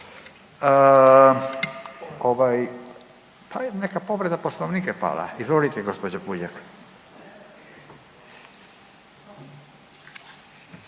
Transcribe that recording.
i neka povreda Poslovnika je pala. Izvolite gospođo Puljak.